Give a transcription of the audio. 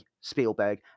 Spielberg